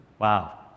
Wow